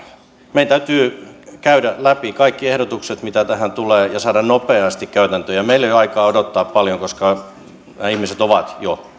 meidän täytyy käydä läpi kaikki ehdotukset mitä tähän tulee ja saada nopeasti käytäntöjä meillä ei ole paljon aikaa odottaa koska nämä ihmiset ovat jo